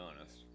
honest